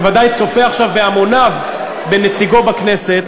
שוודאי צופה עכשיו בהמוניו בנציגו בכנסת,